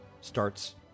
starts